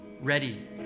ready